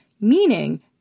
meaning